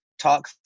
talk